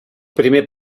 primer